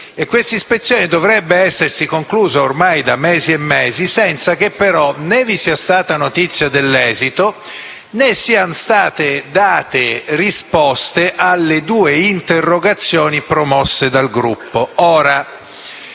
Questa ispezione dovrebbe essersi conclusa ormai da mesi senza che però sia stata data notizia dell'esito, né siano state date risposte alle due interrogazioni presentate dal Gruppo.